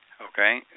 Okay